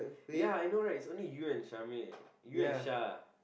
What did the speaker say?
ya I know right it's only you and Shamil you and Shah